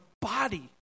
body